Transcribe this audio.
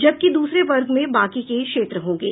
जबकि द्रसरे वर्ग में बाकी के क्षेत्र होंगे